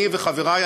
אני וחברי,